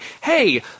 Hey